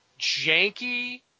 janky